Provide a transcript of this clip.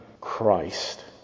Christ